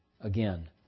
again